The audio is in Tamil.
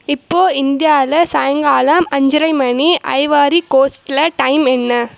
இப்போது இந்தியாவில் சாயங்காலம் அஞ்சரை மணி ஐவரி கோஸ்ட்டில் டைம் என்ன